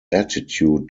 attitude